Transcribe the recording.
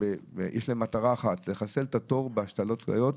יש להם מטרה אחת: לחסל את התור להשתלת כליות,